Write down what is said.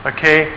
Okay